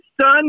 son